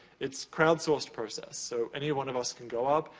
it's crowdsourced process. so, any one of us can go out,